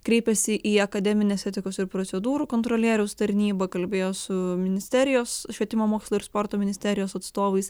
kreipėsi į akademinės etikos ir procedūrų kontrolieriaus tarnybą kalbėjo su ministerijos švietimo mokslo ir sporto ministerijos atstovais